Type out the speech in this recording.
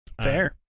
Fair